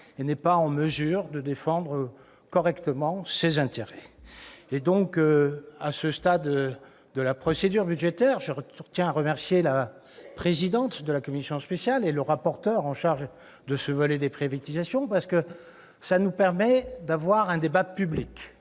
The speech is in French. qui n'est pas en mesure de défendre correctement ses intérêts. À ce stade de la procédure budgétaire, je tiens à remercier la présidente de la commission spéciale et le rapporteur chargé du volet « privatisations » de nous permettre d'avoir un débat public.